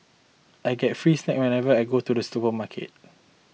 I get free snack whenever I go to the supermarket